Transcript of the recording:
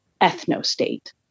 ethnostate